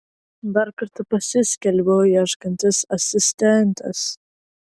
dar kartą pasiskelbiau ieškantis asistentės